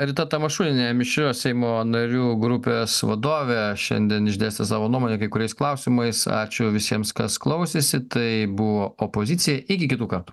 rita tamašunienė mišrios seimo narių grupės vadovė šiandien išdėstė savo nuomonę kai kuriais klausimais ačiū visiems kas klausėsi tai buvo opozicija iki kitų kartų